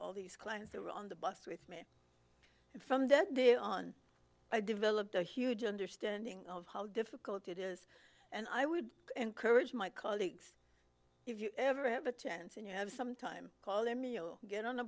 all these clients that were on the bus with me from then on i developed a huge understanding of how difficult it is and i would encourage my colleagues if you ever have a chance and you have some time call them get on a